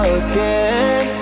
again